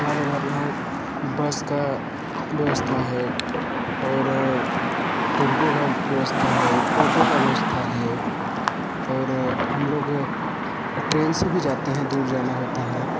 हमारे इधर है बस की व्यवस्था है और टेंपो का व्यवस्था है टोटो का व्यवस्था है और हम लोग ट्रेन से भी जाते हैं दूर जाना होता है